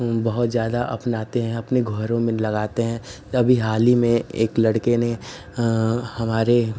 बहुत ज़्यादा अपनाते हैं अपने घरो में लगाते हैं अभी हाल हीं में एक लड़के ने हमारे